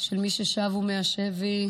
של מי ששבו מהשבי,